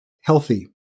healthy